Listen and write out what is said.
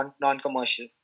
non-commercial